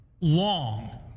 long